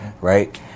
right